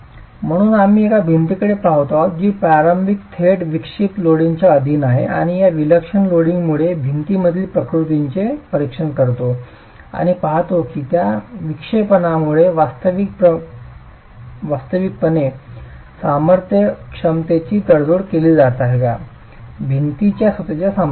म्हणून आम्ही एका भिंतीकडे पहात आहोत जी प्रारंभी थेट विक्षिप्त लोडिंगच्या अधीन आहे आणि या विलक्षण लोडिंगमुळे भिंतीमधील प्रतिकृतींचे परीक्षण करतो आणि पाहतो की त्या विक्षेपणामुळे वास्तविकपणे सामर्थ्य क्षमतेची तडजोड केली जात आहे का भिंतीच्या स्वतःच्या सामर्थ्याने